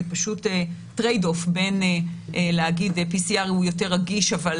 זה פשוט טרייד אוף בין להגיד ש-PCR הוא יותר רגיש אבל